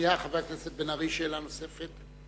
לחבר הכנסת בן-ארי יש שאלה נוספת.